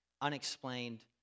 unexplained